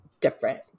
different